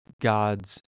God's